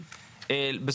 לדבריך.